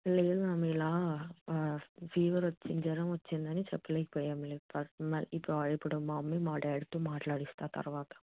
లేదు మ్యామ్ ఇలా ఫీవర్ వచ్చి జ్వరం వచ్చింది అని చెప్పలేకపోయాం మీకు పర్సనల్ ఇప్పుడు ఇప్పుడు మా మమ్మీ మా డాడీతో మట్లాడిస్తాను తర్వాత